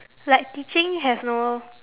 like teaching has no